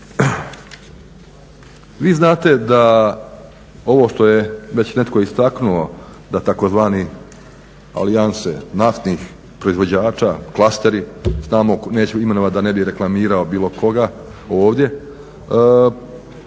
Vi znate da ovo što je već netko istaknuo da tzv. alijanse naftnih proizvođača, klasteri. Znamo, neću imenovati da ne bih reklamirao bilo koga ovdje